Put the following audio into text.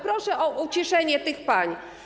Proszę o uciszenie tych pań.